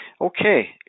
Okay